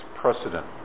precedent